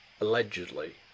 Allegedly